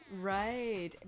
Right